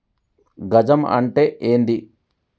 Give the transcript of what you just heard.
గజం అంటే ఏంది?